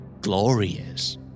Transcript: Glorious